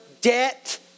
debt